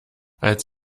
als